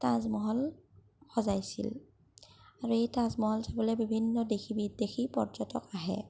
তাজমহল সজাইছিল আৰু এই তাজমহল চাবলে বিভিন্ন দেশী বিদেশী পৰ্যটক আহে